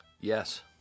Yes